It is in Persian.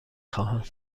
خواهم